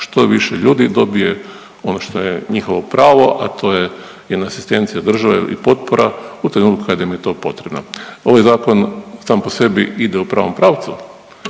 što više ljudi dobije ono što je njihovo pravo, a to je jedna asistencija države ili potpora u trenutku kad im je to potrebno. Ovaj zakon sam po sebi ide u pravom pravcu,